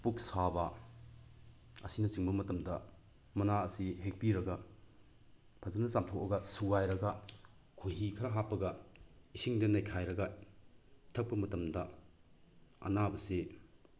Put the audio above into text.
ꯄꯨꯛ ꯁꯥꯕ ꯑꯁꯤꯅꯆꯤꯡꯕ ꯃꯇꯝꯗ ꯃꯅꯥ ꯑꯁꯤ ꯍꯦꯛꯄꯤꯔꯒ ꯐꯖꯅ ꯆꯥꯝꯊꯣꯛꯑꯒ ꯁꯨꯒꯥꯏꯔꯒ ꯈꯣꯏꯍꯤ ꯈꯔ ꯍꯥꯞꯄꯒ ꯏꯁꯤꯡꯗ ꯅꯩꯈꯥꯏꯔꯒ ꯊꯛꯄ ꯃꯇꯝꯗ ꯑꯅꯥꯕꯁꯤ